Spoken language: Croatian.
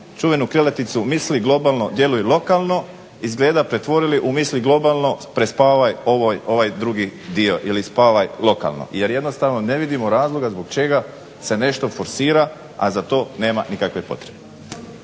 čuvenu krilaticu "Misli globalno, djeluj lokalno" izgleda pretvorili misli globalno prespavaj ovaj drugi dio ili spavaj lokalno. Jer jednostavno ne vidimo razloga zbog čega se nešto forsira a za to nema nikakve potrebe.